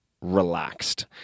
relaxed